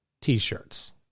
T-shirts